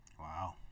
Wow